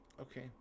okay